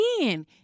again